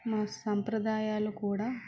మా సాంప్రదాయాలు కూడా